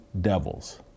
devils